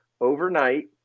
overnight